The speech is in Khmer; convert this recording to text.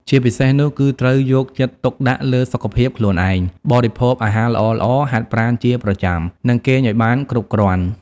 ជាពិសេសនោះ គឺត្រូវយកចិត្តទុកដាក់លើសុខភាពខ្លួនឯង បរិភោគអាហារល្អៗ ហាត់ប្រាណជាប្រចាំ និងគេងឱ្យបានគ្រប់គ្រាន់។